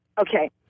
Okay